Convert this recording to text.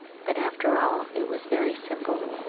but, after all, it was very simple,